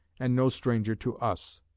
and no stranger to us.